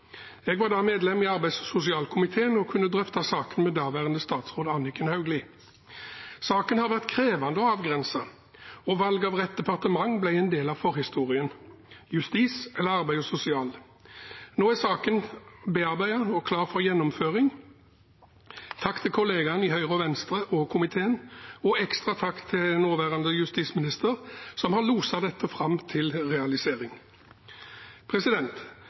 Jeg var da medlem i arbeids- og sosialkomiteen og kunne drøfte saken med daværende statsråd Anniken Hauglie. Saken har vært krevende å avgrense, og valg av rett departement ble en del av forhistorien – justis eller arbeids- og sosial? Nå er saken bearbeidet og klar for gjennomføring. Takk til kollegaene i Høyre og Venstre og komiteen, og en ekstra takk til nåværende justisminister, som har loset dette fram til realisering.